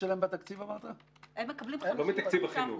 מתקציב החינוך,